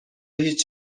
هیچ